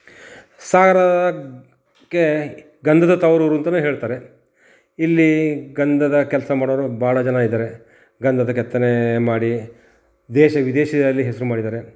ಸಾಗರ ಕ್ಕೆ ಗಂಧದ ತವರೂರು ಅಂತಲೇ ಹೇಳ್ತಾರೆ ಇಲ್ಲಿ ಗಂಧದ ಕೆಲಸ ಮಾಡೋರು ಭಾಳ ಜನ ಇದ್ದಾರೆ ಗಂಧದ ಕೆತ್ತನೆ ಮಾಡಿ ದೇಶ ವಿದೇಶದಲ್ಲಿ ಹೆಸರು ಮಾಡಿದ್ದಾರೆ